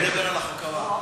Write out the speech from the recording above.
אני אדבר על החוק הבא.